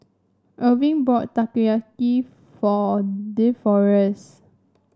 Irving bought Takoyaki for Deforest